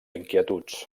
inquietuds